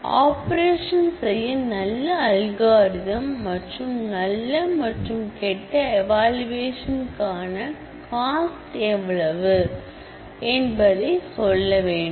operation செய்ய நல்ல algorithm மற்றும் நல்ல மற்றும் கெட்ட எவளுவேஷன் காண காஸ்ட் எவ்வளவு என்பதை சொல்ல வேண்டும்